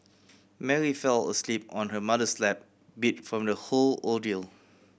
Mary fell asleep on her mother's lap beat from the whole ordeal